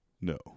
No